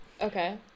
okay